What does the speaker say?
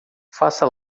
faça